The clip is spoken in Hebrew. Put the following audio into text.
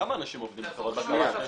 כמה אנשים עובדים בחברת הבקרה?